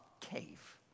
cave